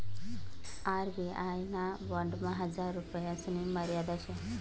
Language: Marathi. आर.बी.आय ना बॉन्डमा हजार रुपयासनी मर्यादा शे